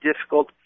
difficult